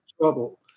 trouble